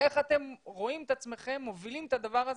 איך אתם רואים את עצמכם מובילים את הדבר הזה,